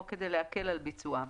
או כדי להקל על ביצוען."